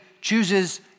chooses